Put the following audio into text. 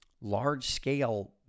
large-scale